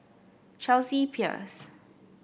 Chelsea Peers